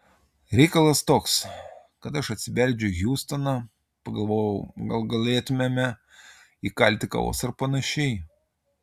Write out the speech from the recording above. reikalas toks kad aš atsibeldžiu į hjustoną pagalvojau gal galėtumėme įkalti kavos ar panašiai